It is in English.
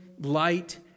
light